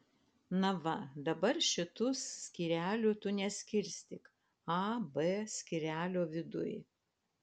na va dabar šitų skyrelių tu neskirstyk a b skyrelio viduj